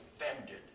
offended